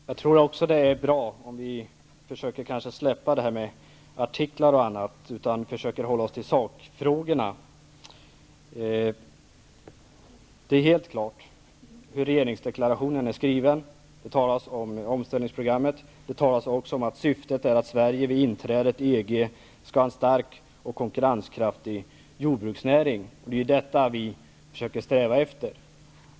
Herr talman! Jag tror också att det är bra om vi kanske försöker släppa det här med artiklar och annat och i stället försöker hålla oss till sakfrågorna. Det är helt klart hur regeringsdeklarationen är skriven. Det talas om omställningsprogrammet. Det talas också om att syftet är att Sverige vid inträdet i EG skall ha en stark och konkurrenskraftig jordbruksnäring. Det är detta vi försöker sträva efter.